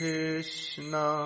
Krishna